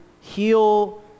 heal